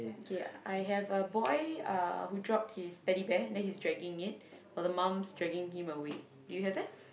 kay I have a boy uh who dropped his Teddy Bear then he's dragging it while the mom's dragging him away do you have that